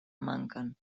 manquen